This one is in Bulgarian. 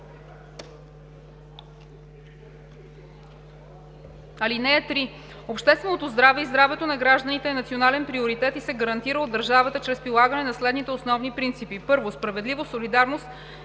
(3) Общественото здраве и здравето на гражданите е национален приоритет и се гарантира от държавата чрез прилагане на следните основни принципи: 1. справедливост, солидарност